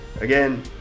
again